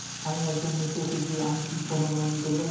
আমি একজন মৃৎ শিল্পী আমি কি কোন লোন পেতে পারি?